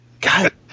God